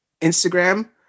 instagram